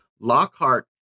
Lockhart